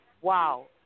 Wow